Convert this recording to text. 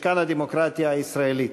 משכן הדמוקרטיה הישראלית.